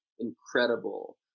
incredible